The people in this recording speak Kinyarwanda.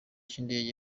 cy’indege